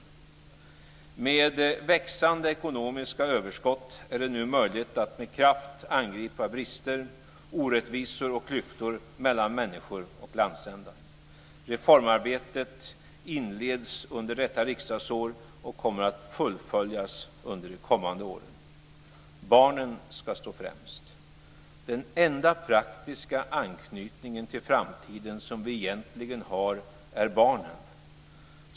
Med växande ekonomiska överskott är det nu möjligt att med kraft angripa brister, orättvisor och klyftor mellan människor och landsändar. Reformarbetet inleds under detta riksdagsår och kommer att fullföljas under de kommande åren. Barnen ska stå främst. "Den enda praktiska anknytningen till framtiden som vi egentligen har är barnen."